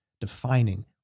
defining